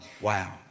Wow